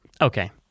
okay